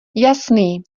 jasný